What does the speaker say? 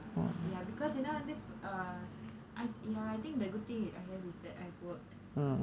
ya because ஏனா வந்து:enaa vanthu uh I I think the good thing I have is that I've worked